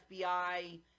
FBI